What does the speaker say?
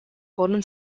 golden